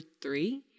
three